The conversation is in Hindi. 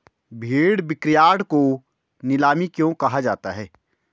भेड़ बिक्रीयार्ड को नीलामी क्यों कहा जाता है?